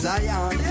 Zion